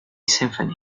symphony